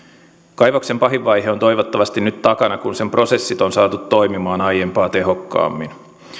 kaivoksen pahin vaihe on toivottavasti nyt takana kun sen prosessit on saatu toimimaan aiempaa tehokkaammin